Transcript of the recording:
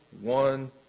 one